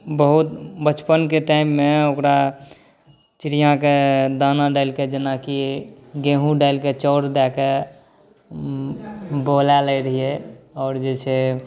बहुत बचपनके टाइममे ओकरा चिड़ियाँके दाना डालिके जेनाकि गेहूॅं डालिके चाउर दऽ के बोला लै रहियै आओर जे छै